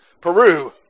Peru